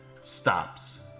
stops